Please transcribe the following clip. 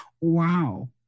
Wow